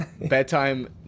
bedtime